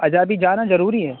اچھا ابھی جانا ضروری ہے